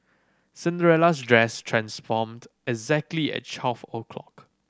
Cinderella's dress transformed exactly at twelve o'clock